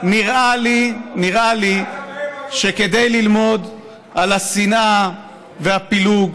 גברתי, נראה לי שכדי ללמוד על השנאה והפילוג,